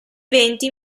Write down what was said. venti